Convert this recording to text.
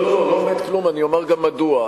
לא עומד כלום, אני אומר גם מדוע.